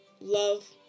love